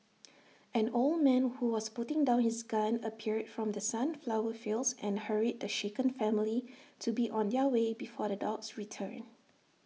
an old man who was putting down his gun appeared from the sunflower fields and hurried the shaken family to be on their way before the dogs return